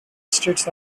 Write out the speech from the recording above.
states